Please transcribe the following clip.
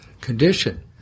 condition